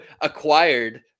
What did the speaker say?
acquired